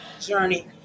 journey